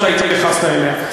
שאתה התייחסת אליה,